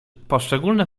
poszczególne